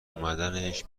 اومدنش